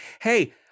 hey